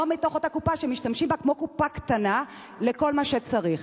ולא מתוך אותה קופה שמשתמשים בה כמו קופה קטנה לכל מה שצריך.